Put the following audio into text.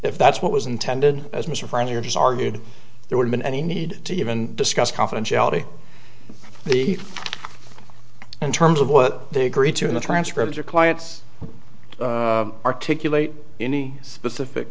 if that's what was intended as mr friendly or just argued there would been any need to even discuss confidentiality the in terms of what they agreed to in the transcript your clients articulate any specific